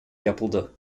yapıldı